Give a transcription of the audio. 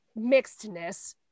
mixedness